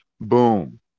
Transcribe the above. Boom